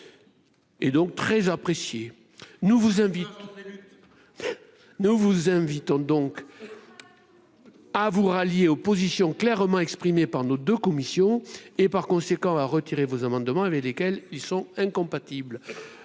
nous vous invitons nous vous invitons donc à vous rallier opposition clairement exprimée par nos 2 commissions et par conséquent à retirer vos amendements avec lesquels ils sont incompatibles,